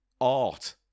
art